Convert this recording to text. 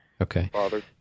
Okay